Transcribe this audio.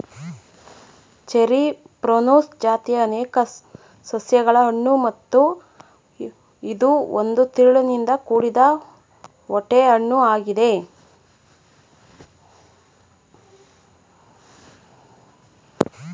cherry ಪ್ರೂನುಸ್ ಜಾತಿಯ ಅನೇಕ ಸಸ್ಯಗಳ ಹಣ್ಣು ಮತ್ತು ಇದು ಒಂದು ತಿರುಳಿನಿಂದ ಕೂಡಿದ ಓಟೆ ಹಣ್ಣು ಆಗಿದೆ